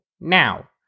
Now